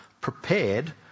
prepared